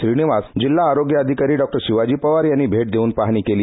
श्रीनिवास जिल्हा आरोग्य अधिकारी शिवाजी पवार यांनी भेट देऊन पाहणी केली